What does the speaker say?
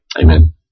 Amen